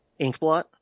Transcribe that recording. inkblot